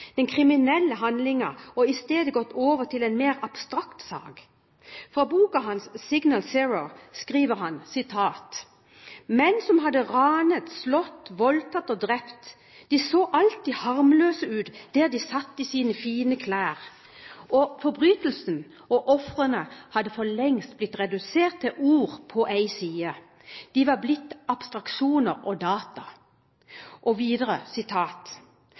den kriminelle handlingen, og i stedet gått over til en mer abstrakt sak. I boken sin «Signal Zero» skriver han: Menn som hadde ranet, slått, voldtatt og drept, de så alltid harmløse ut der de satt i sine fine klær. Forbrytelsen, og ofrene, hadde for lengst blitt redusert til ord på en side, de var blitt abstraksjoner og data. Videre skriver han: Og